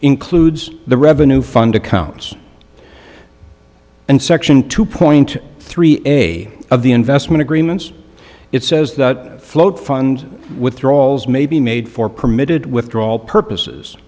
includes the revenue fund accounts and section two point three any of the investment agreements it says that float fund withdrawals may be made for permitted withdrawal purposes